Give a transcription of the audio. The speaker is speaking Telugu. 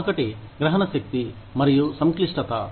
మరొకటి గ్రహణ శక్తి మరియు సంక్లిష్టత